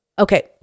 Okay